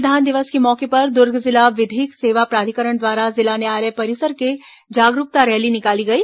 संविधान दिवस के मौके पर दुर्ग जिला विधिक सेवा प्राधिकरण द्वारा जिला न्यायालय परिसर से जागरूकता रैली निकाली गई